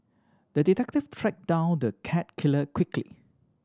the detective track down the cat killer quickly